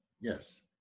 Yes